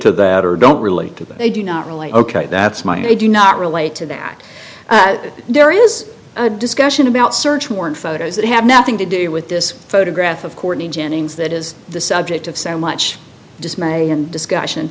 to that or don't relate to that they do not relate ok that's my i do not relate to that there is a discussion about search warrant photos that have nothing to do with this photograph of courtney jennings that is the subject of so much dismay and discussion